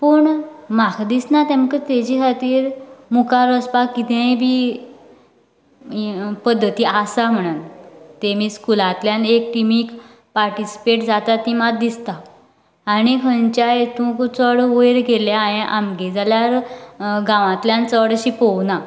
पूण म्हाका दिसना तेंकां तेजे खातीर मुखार वचपाक कितेंय बी पद्दती आसा म्हणोन तेमी स्कुलांतल्यान एक टिमीक पार्टिसिपेट जातात तीं मात दिसताच आनी खंयच्याय हितुंक चड वयर गेल्लें हांये आमगे जाल्यार गांवांतल्यान चड अशें पळोवना